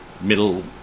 middle